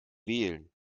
wählen